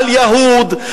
על יהוד,